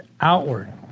outward